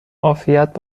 عافیت